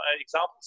examples